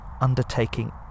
undertaking